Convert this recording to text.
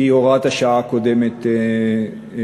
כי הוראת השעה הקודמת הסתיימה.